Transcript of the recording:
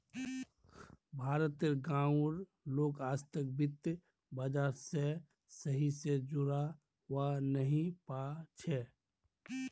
भारत तेर गांव उर लोग आजतक वित्त बाजार से सही से जुड़ा वा नहीं पा छे